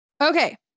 Okay